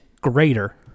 greater